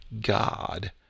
God